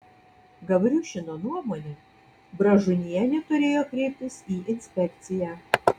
gavriušino nuomone bražunienė turėjo kreiptis į inspekciją